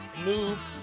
move